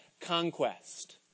conquest